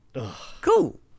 Cool